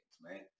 man